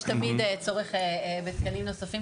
יש תמיד צורך בתקנים נוספים,